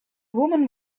woman